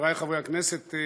חברי חברי הכנסת,